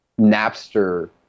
Napster